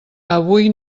avui